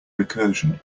recursion